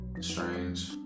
strange